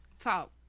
talk